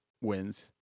wins